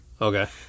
Okay